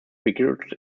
figures